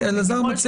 לפעמים